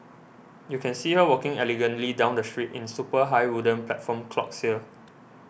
you can see her walking elegantly down the street in super high wooden platform clogs here